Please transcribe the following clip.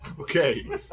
Okay